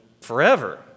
forever